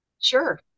Sure